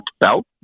belt